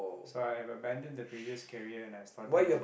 so I've abandon the previous career and I started